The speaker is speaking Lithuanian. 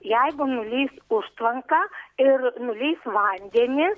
jeigu nuleis užtvanką ir nuleis vandenį